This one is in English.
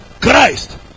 Christ